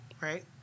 right